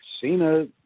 Cena